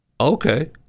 okay